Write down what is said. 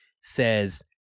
says